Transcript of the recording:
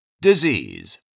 Disease